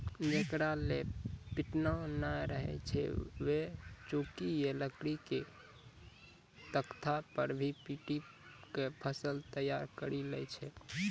जेकरा लॅ पिटना नाय रहै छै वैं चौकी या लकड़ी के तख्ता पर भी पीटी क फसल तैयार करी लै छै